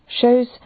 shows